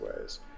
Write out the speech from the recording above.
ways